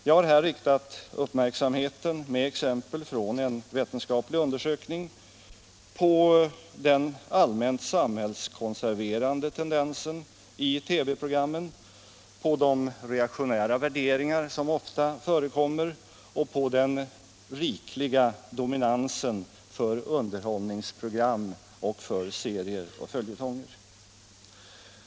Jag har här riktat uppmärksamheten, med exempel från en vetenskaplig undersökning, på den allmänt samhällskonserverande tendensen i TV-programmen, på de reaktionära värderingar som ofta förekommer och på den rikliga dominansen för underhållningsprogram och för serier och följetonger.